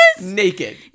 Naked